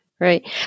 Right